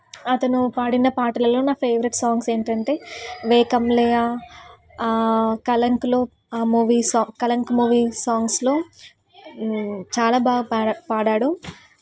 అతను పాడిన పాటలల్లో నా ఫేవరెట్ సాంగ్స్ ఏంటంటే వే కం లెయా కలంక్లో ఆ మూవీస్ కలంక్ మూవీ సాంగ్స్లో చాలా బాగా పా పాడాడు